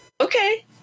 Okay